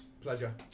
Pleasure